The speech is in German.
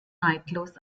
neidlos